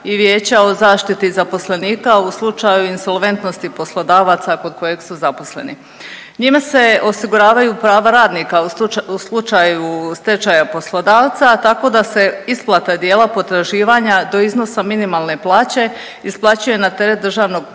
i vijeća o zaštiti zaposlenika u slučaju insolventnosti poslodavaca kod kojeg su zaposleni. Njime se osiguravaju prava radnika u slučaju stečaja poslodavca tako da se isplate dijela potraživanja do iznosa minimalne plaće isplaćuje na teret državnog proračuna